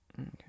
Okay